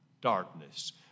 darkness